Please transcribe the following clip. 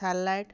salad